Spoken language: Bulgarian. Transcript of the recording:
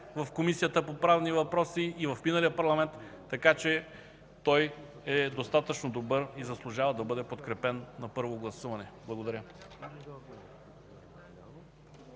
в Комисията по правни въпроси и в миналия парламент, така че той е достатъчно добър и заслужава да бъде подкрепен на първо гласуване. Благодаря.